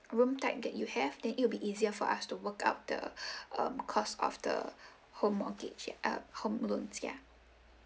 room type that you have then it will be easier for us to work out the um cost of the home or uh home loans ya